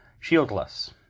shieldless